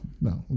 No